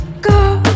go